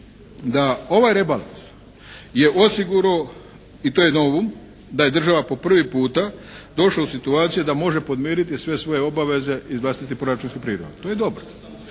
da ovaj rebalans je osigurao i to je novum da je država po prvi puta došla u situaciju da može podmiriti sve svoje obaveze iz vlastitih proračunskih prihoda. To je dobro.